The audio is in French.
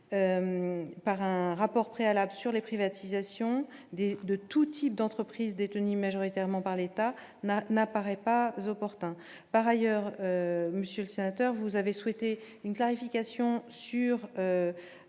par un rapport préalable sur les privatisations des de tout type d'entreprise détenue majoritairement par l'État, Marc n'apparaît pas opportun, par ailleurs, monsieur le sénateur, vous avez souhaité une clarification sur